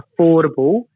affordable